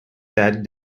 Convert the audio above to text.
that